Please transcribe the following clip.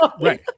right